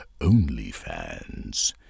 OnlyFans